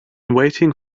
waiting